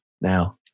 now